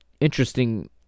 Interesting